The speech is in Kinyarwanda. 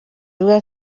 ivuga